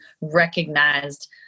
recognized